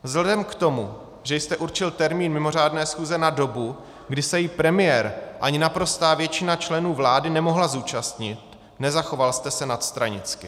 Vzhledem k tomu, že jste určil termín mimořádné schůze na dobu, kdy se jí premiér ani naprostá většina členů vlády nemohla zúčastnit, nezachoval jste se nadstranicky.